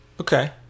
Okay